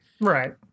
right